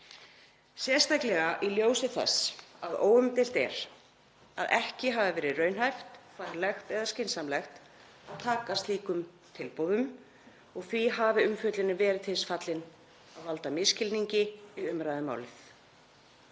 sérstaklega í ljósi þess að óumdeilt er að ekki hafi verið raunhæft, faglegt eða skynsamlegt að taka slíkum tilboðum. Því hafi umfjöllunin verið til þess fallin að valda misskilningi í umræðu um málið.